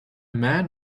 man